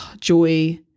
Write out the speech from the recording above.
joy